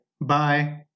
Bye